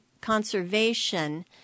conservation